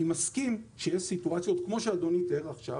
אני מסכים שיש סיטואציות, כמו שאדוני תיאר עכשיו